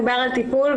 דובר על טיפול,